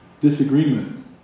disagreement